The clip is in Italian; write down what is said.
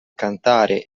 cantare